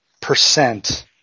percent